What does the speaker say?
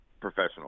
professional